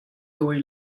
dawi